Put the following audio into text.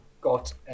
Got